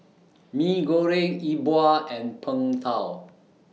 Mee Goreng E Bua and Png Tao